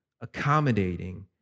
accommodating